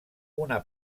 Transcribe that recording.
una